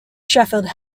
sheffield